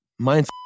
Mind